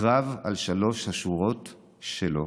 הקרב על שלוש השורות שלו.